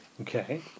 Okay